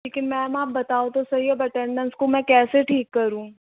लेकिन मैम आप बताओ तो सही अब अटेंडेंस को मैं कैसे ठीक करूँ